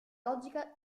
logica